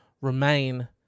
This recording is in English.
remain